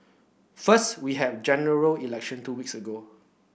first we had General Election two weeks ago